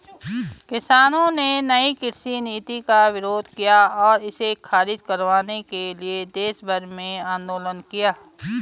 किसानों ने नयी कृषि नीति का विरोध किया और इसे ख़ारिज करवाने के लिए देशभर में आन्दोलन किया